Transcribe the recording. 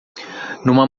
numa